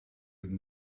had